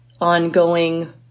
ongoing